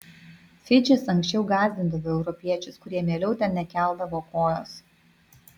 fidžis anksčiau gąsdindavo europiečius kurie mieliau ten nekeldavo kojos